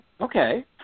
okay